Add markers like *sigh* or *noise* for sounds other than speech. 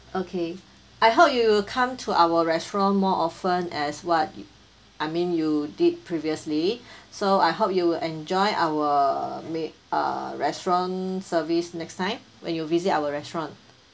okay I hope you come to our restaurant more often as what yo~ I mean you did previously *breath* so I hope you will enjoy our may~ uh restaurant service next time when you visit our restaurant